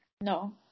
No